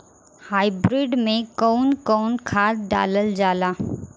Hybrid में कउन कउन खाद डालल जाला?